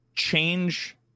change